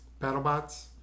BattleBots